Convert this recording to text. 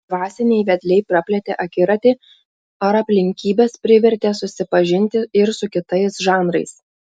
dvasiniai vedliai praplėtė akiratį ar aplinkybės privertė susipažinti ir su kitais žanrais